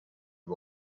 who